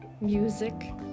music